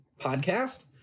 podcast